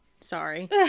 sorry